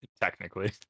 Technically